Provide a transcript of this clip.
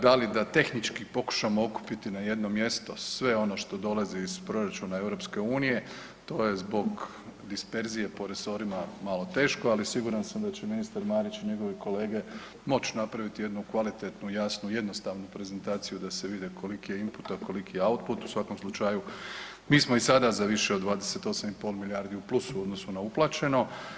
Da li da tehnički pokušamo okupiti na jedno mjesto sve ono što dolazi iz proračuna EU, to je zbog disperzije po resorima malo teško, ali siguran sam da će ministar Marić i njegove kolege moć napraviti jednu kvalitetnu i jasnu i jednostavnu prezentaciju da se vide koliki je input, a koliki je output, u svakom slučaju mi smo i sada za više od 28,5 milijardi u plusu odnosno na uplaćeno.